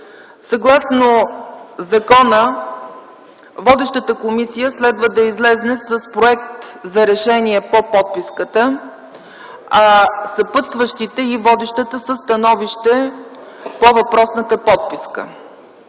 Съгласно закона водещата комисия следва да излезе с проект за решение по подписката, а съпътстващите и водещата – със становище по въпросната подписка.